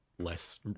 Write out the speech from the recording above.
less